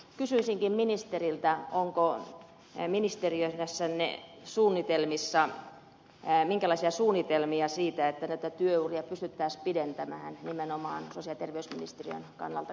kysyisinkin ministeriltä onko ne ministeriä räsänen suunnitelmissaan jää minkälaisia suunnitelmia ministeriössänne on siitä että näitä työuria pystyttäisiin pidentämään nimenomaan sosiaali ja terveysministeriön kannalta katsottuna